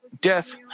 death